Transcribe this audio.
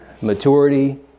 maturity